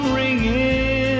ringing